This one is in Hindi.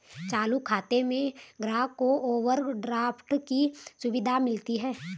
चालू खाता में ग्राहक को ओवरड्राफ्ट की सुविधा मिलती है